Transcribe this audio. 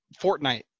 Fortnite